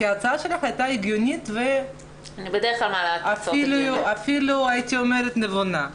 ההצעה שלך הייתה הגיונית ואפילו הייתי אומרת נבונה.